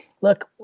look